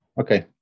okay